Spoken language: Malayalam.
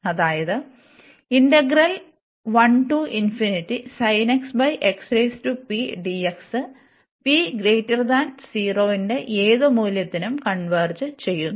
അതായത് ഇന്റഗ്രൽ p 0 ന്റെ ഏത് മൂല്യത്തിനും കൺവെർജ് ചെയ്യുന്നു